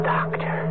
Doctor